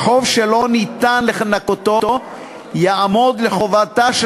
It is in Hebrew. וכי חוב שלא ניתן לנכותו יעמוד לחובתה של